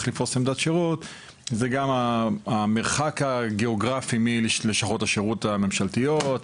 לפרוס עמדות שירות זה גם המרחק הגאוגרפי מלשכות השירות הממשלתיות,